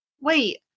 wait